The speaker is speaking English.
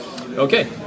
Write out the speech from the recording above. Okay